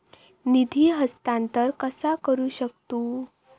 निधी हस्तांतर कसा करू शकतू?